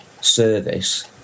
service